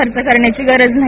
खर्च करण्याची गरज नाही